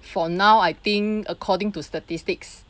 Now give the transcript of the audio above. for now I think according to statistics